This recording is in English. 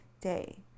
day